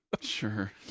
Sure